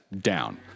Down